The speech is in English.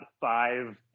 five